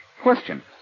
question